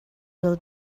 will